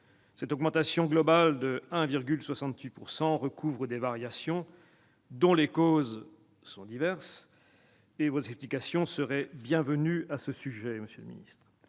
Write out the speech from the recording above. Cette hausse globale de 1,68 % recouvre des variations, dont les causes sont diverses. Vos explications seraient les bienvenues à cet égard, monsieur le ministre.